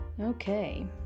Okay